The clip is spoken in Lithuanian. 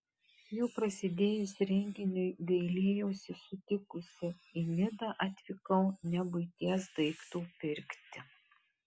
jau prasidėjus renginiui gailėjausi sutikusi į nidą atvykau ne buities daiktų pirkti